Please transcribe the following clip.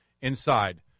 inside